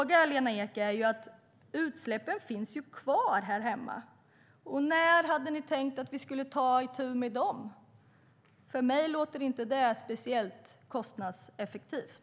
Utsläppen finns kvar här hemma. När hade ni tänkt, Lena Ek, att vi skulle ta itu med dem? För mig låter inte det speciellt kostnadseffektivt.